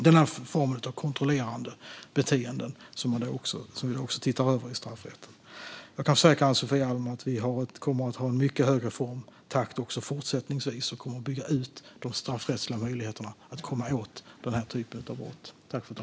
Denna form av kontrollerande beteenden ser vi också över i straffrätten. Jag kan försäkra Ann-Sofie Alm om att vi kommer att ha en mycket hög reformtakt även fortsättningsvis, och vi kommer att bygga ut de straffrättsliga möjligheterna att komma åt denna typ av brott.